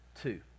two